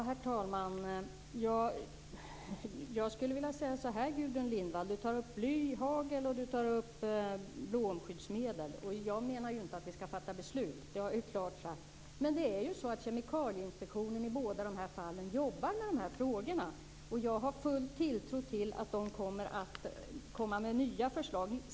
Herr talman! Gudrun Lindvall tar upp blyhagel och bromerade flamskyddsmedel. Jag menar ju inte att vi skall fatta beslut. Det har jag klart sagt. Men Kemikalieinspektionen jobbar ju med båda de här frågorna. Jag har full tilltro till att de kommer med nya förslag.